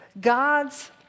God's